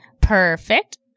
Perfect